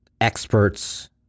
experts